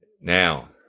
Now